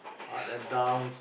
up and downs